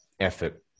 effort